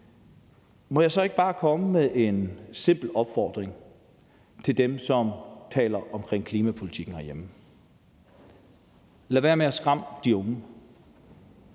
må jeg så ikke bare komme med en simpel opfordring til dem, som taler om klimapolitikken herhjemme: Lad være med at skræmme de unge!